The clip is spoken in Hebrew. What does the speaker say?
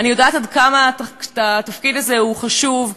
אני יודעת עד כמה התפקיד הזה הוא חשוב,